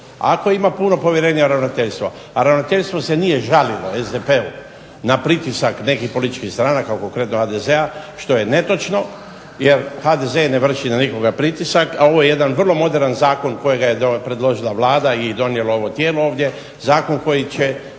Ako ima puno povjerenje u ravnateljstvo, a ravnateljstvo se nije žalilo SDP-u na pritisak nekih političkih stranaka konkretno HDZ-a, što je netočno, jer HDZ ne vrši na nikoga pritisak, a ovo je jedan vrlo moderan zakon kojega je predložila Vlada i donijelo ovo tijelo ovdje, zakon koji će,